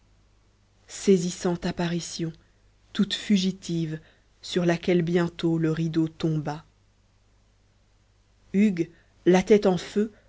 saisissante apparition toute fugitive sur laquelle bientôt le rideau tomba hugues la tête en feu